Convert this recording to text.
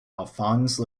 alphonse